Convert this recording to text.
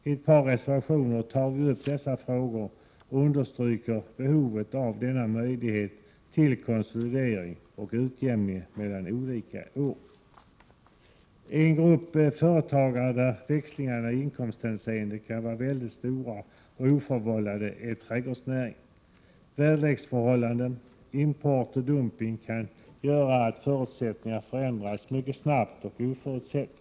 I ett par reservationer tar vi upp dessa frågor och understryker behovet av att denna möjlighet till konsolidering och utjämning mellan olika år finns. En grupp företagare för vilka växlingar i inkomsthänseende kan vara mycket stora och oförvållade är företagare inom trädgårdsnäringen. Väderleksförhållanden, import och dumpning kan göra att förutsättningarna förändras mycket snabbt och oförutsett.